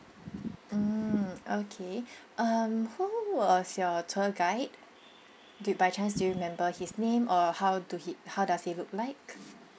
mm okay uh who was your tour guide do by chance do you remember his name or how do he how does he look like